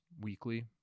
weekly